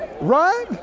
right